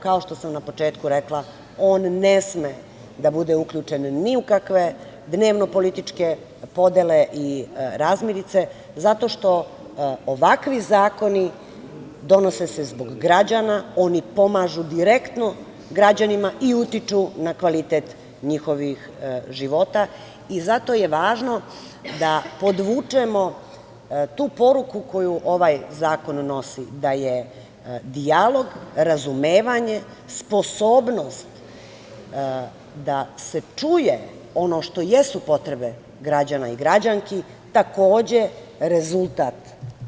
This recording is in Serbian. Kao što sam na početku rekla, on ne sme da bude uključen ni u kakve dnevno-političke podele i razmirice, zato što ovakvi zakoni donose se zbog građana, oni pomažu direktno građanima i utiču na kvalitet njihovih života i zato je važno da podvučemo tu poruku koju ovaj zakon nosi , da je dijalog, razumevanje sposobnost da se čuje ono što jesu potrebe građana i građanki, takođe rezultat.